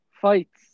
fights